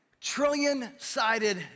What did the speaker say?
trillion-sided